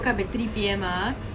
okay then err